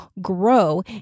grow